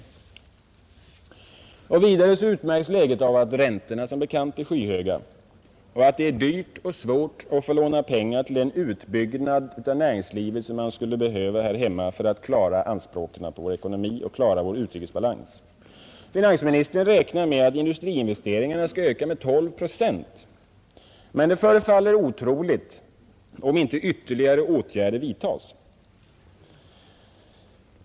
Vidare utmärks läget av att räntorna som bekant är skyhöga. Det är dyrt och svårt att få låna pengar till en utbyggnad av näringslivet här hemma för att klara anspråken på vår ekonomi och klara vår utrikesbalans. Finansministern räknar med att industriinvesteringarna skall öka med 12 procent. Det förefaller otroligt, om inte ytterligare åtgärder vidtas.